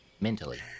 mentally